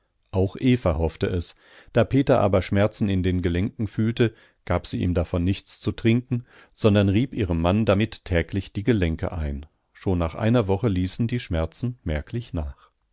auch eva hoffte es da peter aber schmerzen in den gelenken fühlte gab sie ihm davon nichts zu trinken sondern rieb ihrem mann damit täglich die gelenke ein schon nach einer woche ließen die schmerzen merklich nach